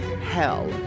hell